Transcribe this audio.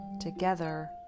together